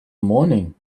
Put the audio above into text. morning